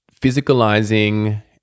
physicalizing